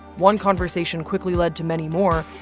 one conversation quickly led to many more,